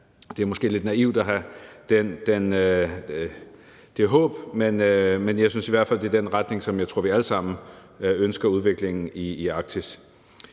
Det er måske lidt naivt at have det håb, men jeg tror i hvert fald, det er den retning, vi alle sammen ønsker for udviklingen i Arktis.